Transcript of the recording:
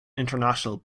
international